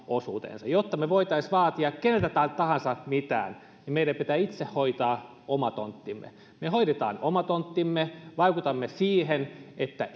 osuutensa jotta me voisimme vaatia keneltäkään mitään niin meidän pitää itse hoitaa oma tonttimme me hoidamme oman tonttimme vaikutamme siihen että